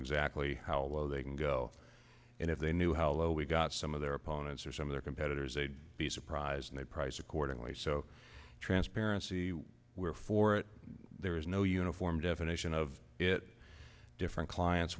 exactly how well they can go and if they knew how low we got some of their opponents or some of their competitors a be surprised and they priced accordingly so transparency we were for it there is no uniform definition of it different clients